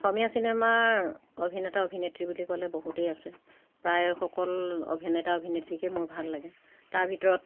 অসমীয়া চিনেমাৰ অভিনেতা অভিনেত্ৰী বুলি ক'লে বহুতেই আছে প্ৰায়সকল অভিনেতা অভিনেত্ৰীকে মোৰ ভাল লাগে তাৰ ভিতৰত